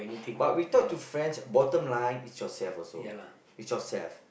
but we talk to friends bottomline is yourself also is yourself